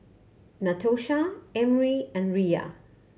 Natosha Emry and Riya